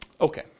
Okay